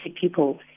people